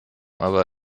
aber